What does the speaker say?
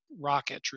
rocketry